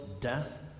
death